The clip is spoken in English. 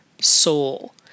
soul